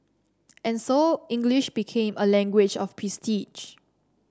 and so English became a language of prestige